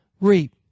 reap